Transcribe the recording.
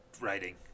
writing